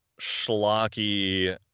schlocky